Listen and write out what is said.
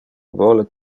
vole